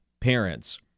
parents